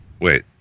Wait